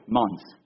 months